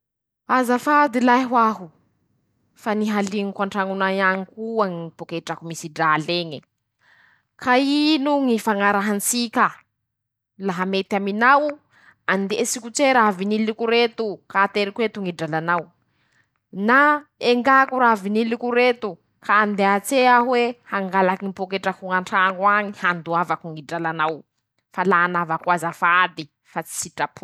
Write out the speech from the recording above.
Azafady lahy hoaho, fa nihaliñoko an-trañonay añy koa ñy pôketrako misy dral'eñe ,ka ino ñy ifañarahan-tsika? Laha mety aminao ,andesiko tse raha viniliko reto ,ka ateriko eto ñy dralanao na engako raha viniliko reto ka andea tse aho hangalaky ñy pôketrak'oñy an-traño añy handoavako ñy dralanao fa la anaovako azafady fa tsy sitrapoko.